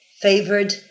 favored